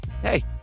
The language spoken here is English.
hey